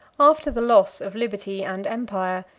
after the loss of liberty and empire,